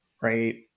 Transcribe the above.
Right